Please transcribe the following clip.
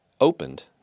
opened